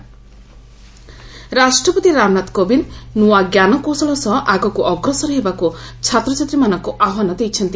president ୟୁପି ରାଷ୍ଟ୍ରପତି ରାମନାଥ କୋବିନ୍ଦ ନୂଆ ଜ୍ଞାନ କୌଶଳ ସହ ଆଗକୁ ଅଗ୍ରସର ହେବାକୁ ଛାତ୍ରଛାତ୍ରୀମାନଙ୍କୁ ଆହ୍ୱାନ ଦେଇଛନ୍ତି